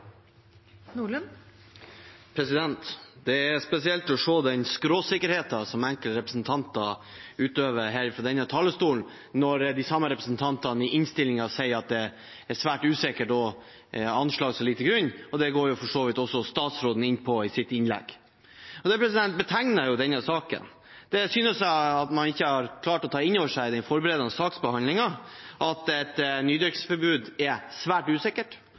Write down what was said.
spesielt å se den skråsikkerheten som enkelte representanter utøver fra denne talerstolen, når de samme representantene i innstillingen skriver at det er svært usikre anslag som ligger til grunn. Det gikk for så vidt også statsråden inn på i sitt innlegg. Det betegner denne saken. Det jeg synes at man ikke har klart å ta inn over seg i den forberedende saksbehandlingen, er at et nydyrkingsforbud er svært usikkert,